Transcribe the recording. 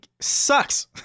sucks